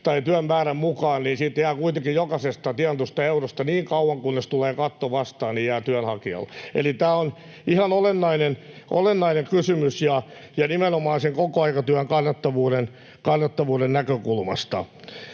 tai työn määrän mukaan, jolloin työnhakijalle jää kuitenkin jokaisesta tienatusta eurosta niin kauan kunnes tulee katto vastaan. Eli tämä on ihan olennainen kysymys ja nimenomaan sen kokoaikatyön kannattavuuden näkökulmasta.